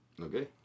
Okay